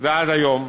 ועד היום,